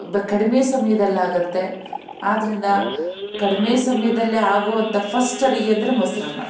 ಕಡಿಮೆ ಸಮಯದಲ್ಲಿ ಆಗುತ್ತೆ ಆದ್ದರಿಂದ ಕಡಿಮೆ ಸಮಯದಲ್ಲಿ ಆಗುವಂತಹ ಫಸ್ಟ್ ಅಡುಗೆ ಅಂದರೆ ಮೊಸರನ್ನ